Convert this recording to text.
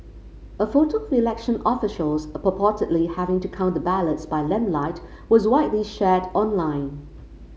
a photo of election officials purportedly having to count the ballots by lamplight was widely shared online